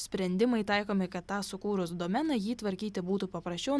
sprendimai taikomi kad tą sukūrus domeną jį tvarkyti būtų paprasčiau